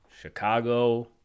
Chicago